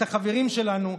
את החברים שלנו,